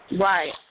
Right